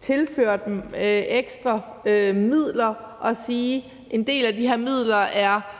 tilføre dem ekstra midler og sige, at en del af de her midler